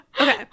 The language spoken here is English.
Okay